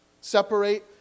separate